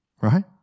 right